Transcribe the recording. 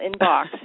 inbox